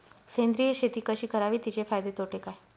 सेंद्रिय शेती कशी करावी? तिचे फायदे तोटे काय?